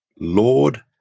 Lord